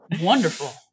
Wonderful